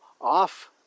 off